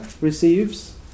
receives